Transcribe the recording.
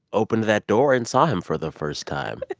opened that door and saw him for the first time?